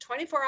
24